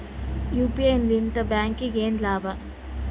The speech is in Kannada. ಯು.ಪಿ.ಐ ಲಿಂದ ಬ್ಯಾಂಕ್ಗೆ ಏನ್ ಲಾಭ?